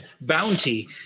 bounty